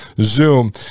Zoom